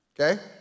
Okay